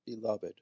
beloved